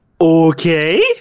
Okay